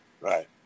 Right